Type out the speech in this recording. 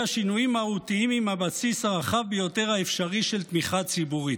שינויים מהותיים עם הבסיס הרחב ביותר האפשרי של תמיכה ציבורית.